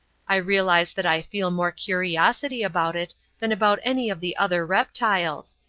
i realize that i feel more curiosity about it than about any of the other reptiles.